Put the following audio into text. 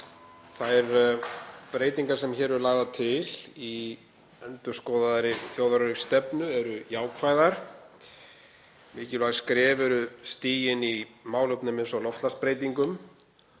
Þær breytingar sem hér eru lagðar til í endurskoðaðri þjóðaröryggisstefnu eru jákvæðar. Mikilvæg skref eru stigin í málefnum eins og loftslagsbreytingum,